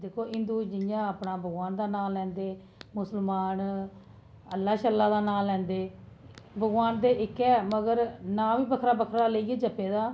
दिक्खो हिन्दू जि'यां अपने भगओन दा नां लैंदे मुस्लमान अल्लाह् सल्लाह् दा नां लैंदे भगोआन ते इक्कै मगर नांऽ बक्खरा बक्खरा लेइयै जपै दा ऐ